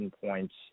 points